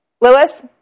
Lewis